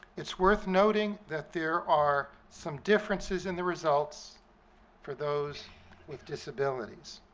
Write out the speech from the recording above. it's worth noting that there are some differences in the results for those with disabilities.